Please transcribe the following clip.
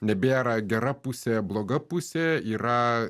nebėra gera pusė bloga pusė yra